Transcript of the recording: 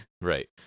right